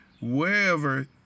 wherever